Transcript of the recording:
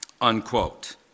unquote